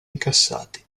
incassati